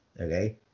Okay